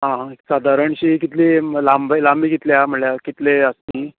आं हां साधारण शी कितली लांब लांबी कितली हा म्हळ्यार कितली आसा ती